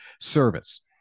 service